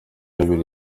abiri